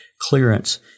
clearance